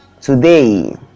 Today